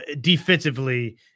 defensively